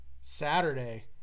Saturday